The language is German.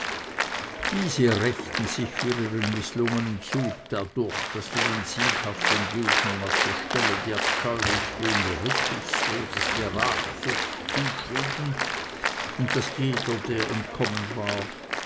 diese rächten sich für ihren mißlungenen zug dadurch daß sie den sieghaften gegnern auf der stelle die abscheulichste und rücksichtsloseste rachsucht zuschrieben und daß jeder der entkommen war